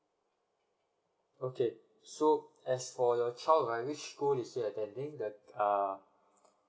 okay so as for your child right which school is she attending the uh